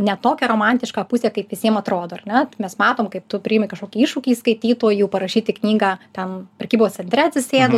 ne tokią romantišką pusę kaip visiem atrodo ar ne tai mes matom kaip tu priimi kažkokį iššūkį skaitytojų parašyti knygą ten prekybos centre atsisėdu